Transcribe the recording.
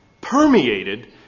permeated